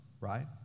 right